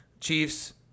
Chiefs